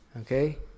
Okay